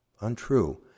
Untrue